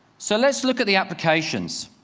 so let's look at the applications.